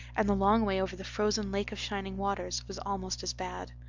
and the long way over the frozen lake of shining waters was almost as bad.